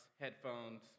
headphones